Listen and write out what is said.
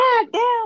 Goddamn